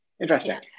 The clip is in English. Interesting